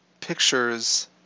pictures